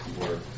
work